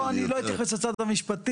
לא, אני לא אתייחס לצד המשפטי.